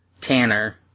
Tanner